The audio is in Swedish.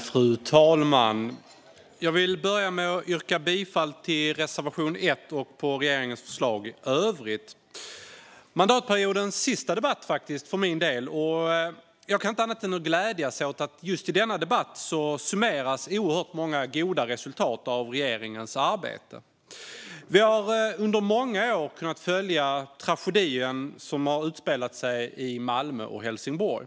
Fru talman! Jag vill börja med att yrka bifall till reservation 1, och i övrigt yrkar jag bifall till regeringens förslag. Detta är mandatperiodens sista debatt för min del, och jag kan inte annat än glädjas åt att just i denna debatt summeras många goda resultat av regeringens arbete. Vi har under många år kunnat följa den tragedi som utspelat sig i Malmö och Helsingborg.